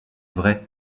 vrai